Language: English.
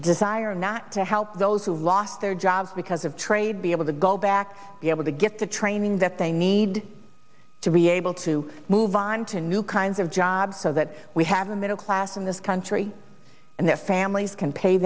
desire not to help those who lost their jobs because of trade be able to go back be able to get the training that they need to be able to move on to new kinds of jobs so that we have a middle class in this country and their families can pay